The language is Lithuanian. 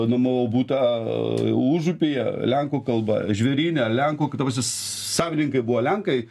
nuomavau butą užupyje lenkų kalba žvėryne lenkų ta prasme savininkai buvo lenkai